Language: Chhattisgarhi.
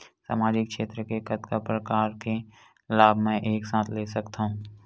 सामाजिक क्षेत्र के कतका प्रकार के लाभ मै एक साथ ले सकथव?